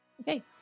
okay